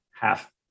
half